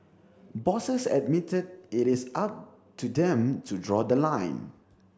bosses admitted it is up to them to draw the line